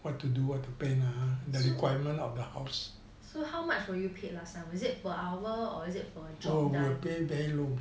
so how much were you paid last time was it per hour or is it per job done